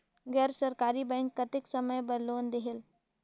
गैर सरकारी बैंक कतेक समय बर लोन देहेल?